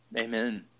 Amen